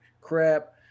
crap